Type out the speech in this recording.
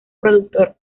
productor